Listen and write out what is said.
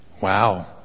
Wow